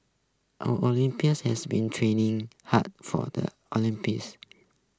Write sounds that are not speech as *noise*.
our *unintelligible* has been training hard for the Olympics *noise*